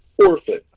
Orphan